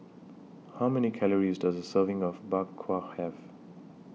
How Many Calories Does A Serving of Bak Kwa Have